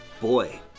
Boy